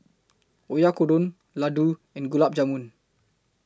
Oyakodon Ladoo and Gulab Jamun